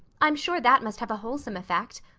i'm sure that must have a wholesome effect.